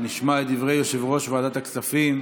נשמע את דברי יושב-ראש ועדת הכספים,